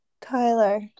Tyler